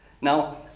Now